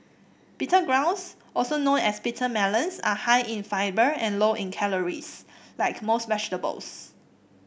bitter gourds also known as bitter melons are high in fibre and low in calories like most vegetables